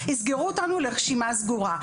יסגרו אותנו לרשימה סגורה.